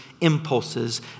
impulses